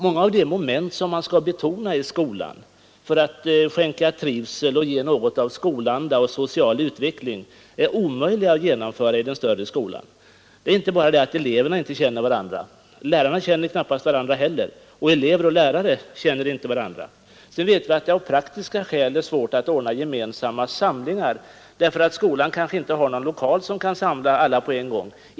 Många av de moment som bör ingå i skolarbetet för att skänka trivsel och ge något av skolanda och social utveckling är omöjliga att genomföra i en större skola. Det är inte bara eleverna som inte känner varandra. Lärarna känner knappast varandra heller, och elever och lärare känner inte varandra. Vidare vet vi att det av praktiska skäl är svårt att ordna gemensamma samlingar därför att skolan kanske inte har någon lokal där man kan samla alla på en gång.